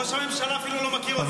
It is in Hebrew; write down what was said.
ראש הממשלה אפילו לא מכיר אותי.